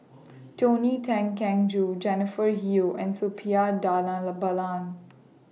Tony Tan Keng Joo Jennifer Yeo and Suppiah Dhanabalan